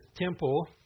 temple